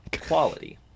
quality